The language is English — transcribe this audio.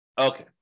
Okay